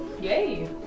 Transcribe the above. Yay